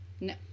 No